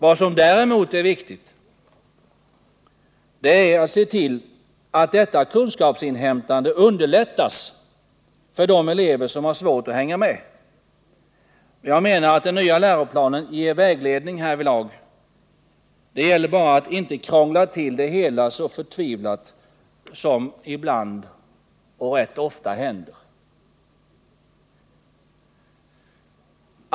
Vad som naturligtvis är viktigt är att se till att detta kunskapsinhämtande underlättas för de elever som har svårt att hänga med. Jag menar att den nya läroplanen ger vägledning härvidlag. Det gäller bara att inte krångla till det hela så förtvivlat, vilket händer rätt ofta.